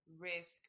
risk